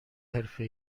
حرفه